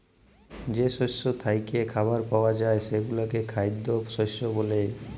যে শস্য থ্যাইকে খাবার পাউয়া যায় সেগলাকে খাইদ্য শস্য ব্যলে